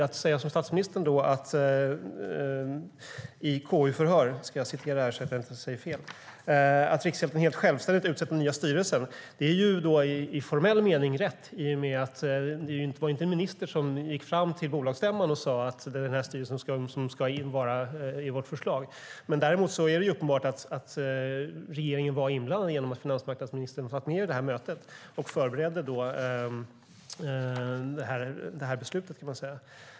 Att säga som statsministern - nu ska jag se till att jag inte säger fel - sade i KU-förhöret, att Riksgälden helt självständigt utsett den nya styrelsen, är i formell mening rätt, i och med att det inte var en minister som gick fram till bolagsstämman och föreslog styrelsen. Däremot är det uppenbart att regeringen var inblandad genom att finansmarknadsministern satt med vid mötet och förberedde beslutet.